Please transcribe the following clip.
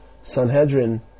Sanhedrin